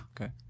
Okay